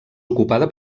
ocupada